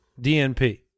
DNP